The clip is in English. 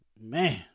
Man